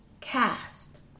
Cast